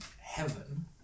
heaven